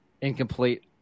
incomplete